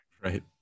right